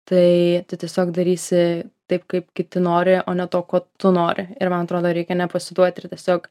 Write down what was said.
tai tai tiesiog darysi taip kaip kiti nori o ne to ko tu nori ir man atrodo reikia nepasiduoti ir tiesiog